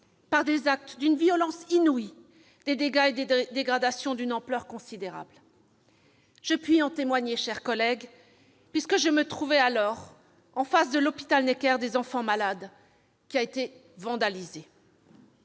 par des actes d'une violence inouïe, des dégâts et dégradations d'une ampleur considérable. Je puis en témoigner, car je me trouvais alors en face de l'hôpital Necker-Enfants malades qui a été vandalisé.